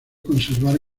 conservar